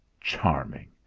Charming